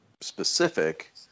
specific